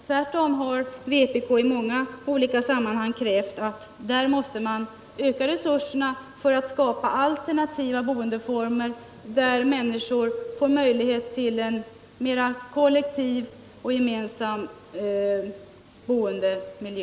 Tvärtom har vpk i många olika sammanhang krävt att man skall öka resurserna för att skapa alternativa boendeformer, där människor får möjlighet till en mer kollektiv bomiljö.